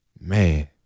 Man